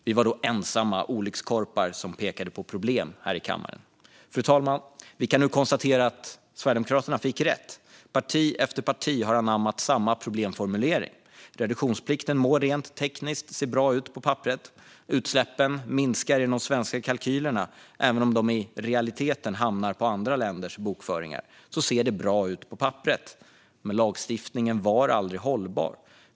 Vi var då ensamma olyckskorpar här i kammaren som pekade på problemen. Fru talman! Vi kan nu konstatera att Sverigedemokraterna fick rätt. Parti efter parti har anammat samma problemformulering. Reduktionsplikten må rent tekniskt se bra ut på papperet, det vill säga utsläppen minskar i de svenska kalkylerna. Även om de i realiteten hamnar i andra länders bokföringar så ser det bra ut på papperet. Men lagstiftningen var aldrig hållbar.